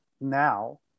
now